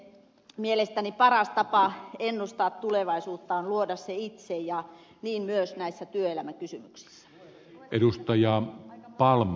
mielestäni paras tapa ennustaa tulevaisuutta on luoda se itse ja niin myös näissä työelämäkysymyksissä